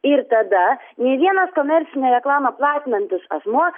ir tada nė vienas komercinę reklamą platinantis asmuo